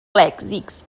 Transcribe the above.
lèxics